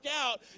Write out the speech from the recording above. out